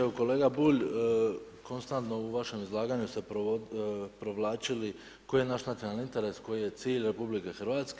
Evo kolega Bulj konstantno u vašem izlaganju ste provlačili koji je naš nacionalni interes, koji je cilj RH.